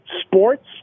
sports